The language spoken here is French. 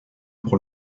pour